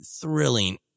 thrilling